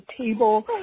table